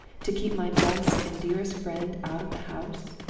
to keep my best and dearest friend out of the house